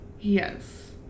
Yes